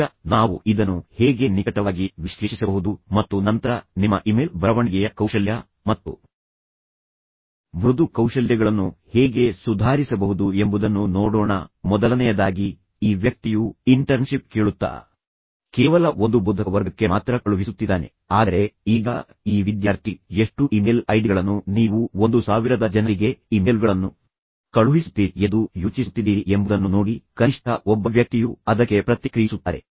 ಈಗ ನಾವು ಇದನ್ನು ಹೇಗೆ ನಿಕಟವಾಗಿ ವಿಶ್ಲೇಷಿಸಬಹುದು ಮತ್ತು ನಂತರ ನಿಮ್ಮ ಇಮೇಲ್ ಬರವಣಿಗೆಯ ಕೌಶಲ್ಯ ಮತ್ತು ಮೃದು ಕೌಶಲ್ಯಗಳನ್ನು ಹೇಗೆ ಸುಧಾರಿಸಬಹುದು ಎಂಬುದನ್ನು ನೋಡೋಣ ಮೊದಲನೆಯದಾಗಿ ಈ ವ್ಯಕ್ತಿಯು ಇಂಟರ್ನ್ಶಿಪ್ ಕೇಳುತ್ತಾ ಕೇವಲ ಒಂದು ಬೋಧಕವರ್ಗಕ್ಕೆ ಮಾತ್ರ ಕಳುಹಿಸುತ್ತಿದ್ದಾನೆ ಆದರೆ ಈಗ ಈ ವಿದ್ಯಾರ್ಥಿ ಎಷ್ಟು ಇಮೇಲ್ ಐಡಿಗಳನ್ನು ನೀವು 1000 ಜನರಿಗೆ ಇಮೇಲ್ಗಳನ್ನು ಕಳುಹಿಸುತ್ತೀರಿ ಎಂದು ಯೋಚಿಸುತ್ತಿದ್ದೀರಿ ಎಂಬುದನ್ನು ನೋಡಿ ಕನಿಷ್ಠ ಒಬ್ಬ ವ್ಯಕ್ತಿಯು ಅದಕ್ಕೆ ಪ್ರತಿಕ್ರಿಯಿಸುತ್ತಾರೆ